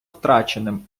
втраченим